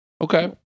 Okay